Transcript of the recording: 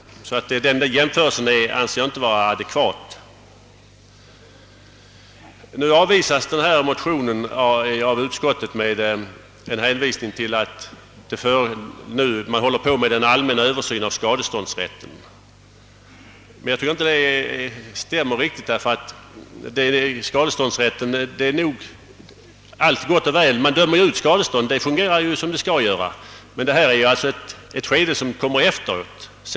Denna jämförelse anser jag därför inte vara adekvat. Motionen avvisas av utskottet med hänvisning till att man nu håller på med en allmän översyn av skadeståndsrätten. Jag tycker inte det stämmer riktigt. Det är ju gott och väl att man dömer ut skadestånd — det fungerar ju som det bör göra — men här gäller det ett skede som kommer efteråt.